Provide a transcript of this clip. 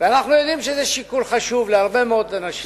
אנחנו יודעים שזה שיקול חשוב להרבה מאוד אנשים,